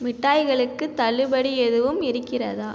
மிட்டாய்களுக்கு தள்ளுபடி எதுவும் இருக்கிறதா